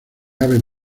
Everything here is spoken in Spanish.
aves